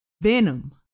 Venom